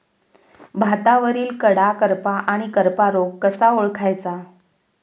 भातावरील कडा करपा आणि करपा रोग कसा ओळखायचा?